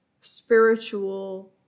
spiritual